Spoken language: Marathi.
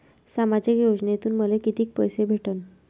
सामाजिक योजनेतून मले कितीक पैसे भेटन?